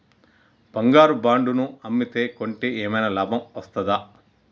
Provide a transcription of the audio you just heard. బంగారు బాండు ను అమ్మితే కొంటే ఏమైనా లాభం వస్తదా?